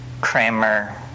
Kramer